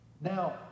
now